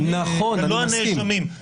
לא הנאשמים.